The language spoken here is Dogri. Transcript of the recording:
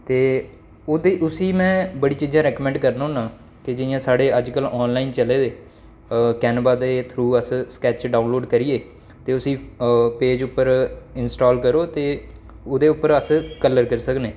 ते ओह्दे उस्सी में बड़ी चीजां रेकैंमेंड करना होन्ना केह् कि'यां साढ़े अजकल्ल आन लाइन चले दे कैनवा दे थ्रू अस स्कैच डाउन लोड करिये ते उस्सी पेज उप्पर इनस्टाल करो ते ओह्दे पर अस कलर करी सकने